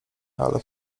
ale